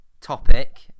topic